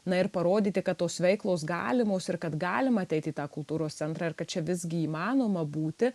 na ir parodyti kad tos veiklos galimos ir kad galima ateit į tą kultūros centrą ir kad čia visgi įmanoma būti